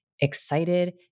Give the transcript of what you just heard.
excited